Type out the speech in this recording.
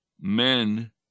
men